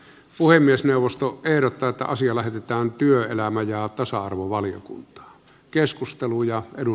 puhemiesneuvosto ehdottaa että asia lähetetään työelämä ja tasa arvovaliokuntaan